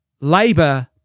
Labour